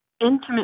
intimate